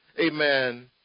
amen